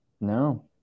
No